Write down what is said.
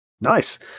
nice